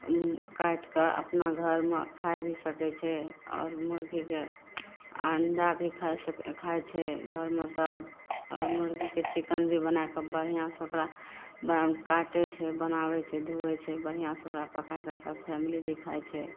काटिकऽ अपना घरमे खाइ भी सकय छै आओर मुर्गीके अण्डा भी खाइसँ खाइ छै घरमे सब आओर मुर्गीके चिकन भी बना कऽ बढ़िआँसँ ओकरा काटय छै बनाबय छै धोवय छै बढ़िआँसँ ओकरा पकाय कऽ सब फैमिली भी खाइ छै